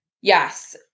Yes